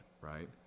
right